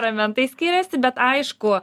ramentai skiriasi bet aišku